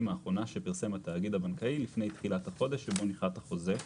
האחרונה שפרסם התאגיד הבנקאי לפני תחילת החודש שבו נכרת החוזה;